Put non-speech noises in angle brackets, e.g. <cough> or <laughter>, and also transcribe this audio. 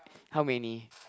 <noise> how many